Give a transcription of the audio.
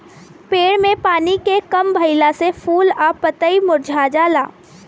पेड़ में पानी के कम भईला से फूल आ पतई मुरझा जाला